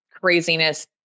craziness